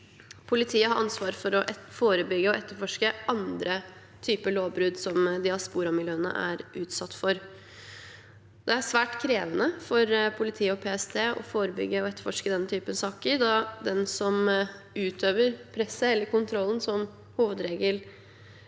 Politiet har ansvar for å forebygge og etterforske andre typer lovbrudd som diasporamiljøene er utsatt for. Det er svært krevende for politiet og PST å forebygge og etterforske denne typen saker da den som utøver presset eller kontrollen, hovedsakelig